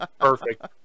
perfect